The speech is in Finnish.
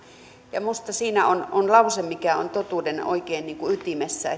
minusta siinä on on lause mikä on oikein totuuden ytimessä